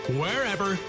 wherever